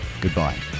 Goodbye